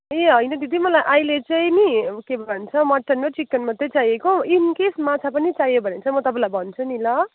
ए होइन दिदी मलाई अहिले चाहिँ नि के भन्छ मटन र चिकन मात्रै चाहिएको इन्केस माछा पनि चाहियो भने चाहिँ म तपाईँलाई भन्छु नि ल